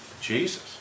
Jesus